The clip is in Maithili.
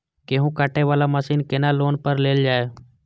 गेहूँ काटे वाला मशीन केना लोन पर लेल जाय?